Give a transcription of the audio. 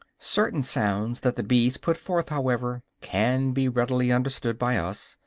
certain sounds that the bees put forth, however, can be readily understood by us,